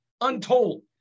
untold